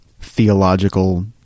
theological